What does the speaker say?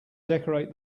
decorate